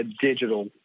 digital